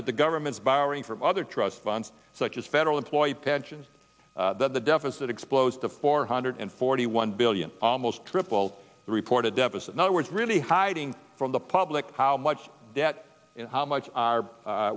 that the government's borrowing from other trust funds such as federal employee pensions that the deficit explodes to four hundred forty one billion almost triple the reported deficit in other words really hiding from the public how much debt and how much are